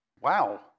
Wow